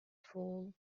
fool